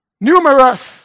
numerous